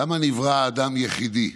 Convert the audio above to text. למה נברא האדם יחידי?